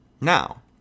Now